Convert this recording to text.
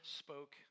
spoke